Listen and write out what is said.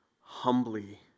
humbly